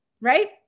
right